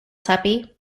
tuppy